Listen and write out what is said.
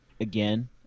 again